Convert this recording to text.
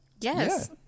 Yes